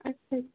ਅੱਛਾ